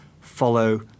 follow